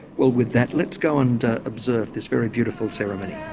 well with that let's go and observe this very beautiful ceremony.